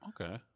Okay